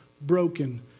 broken